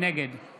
נגד מיכל